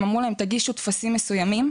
הם אמרו להם תגישו טפסים מסוימים